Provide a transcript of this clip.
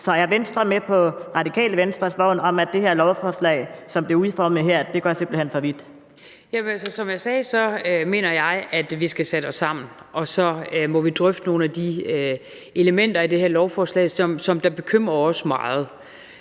Så er Venstre med på Radikale Venstres vogn om, at lovforslaget, som det er udformet her, simpelt hen går for vidt? Kl. 14:37 Inger Støjberg (V): Som jeg sagde, mener jeg, at vi skal sætte os sammen, og så må vi drøfte nogle af de elementer i det her lovforslag, som bekymrer os meget.